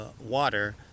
water